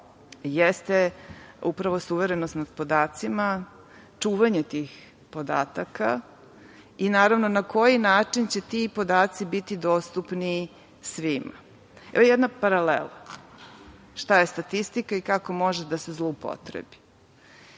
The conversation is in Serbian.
jeste upravo suverenost nad podacima, čuvanje tih podataka i naravno na koji način će ti podaci biti dostupni svima. Evo jedna paralela šta je statistika i kako može da se zloupotrebi.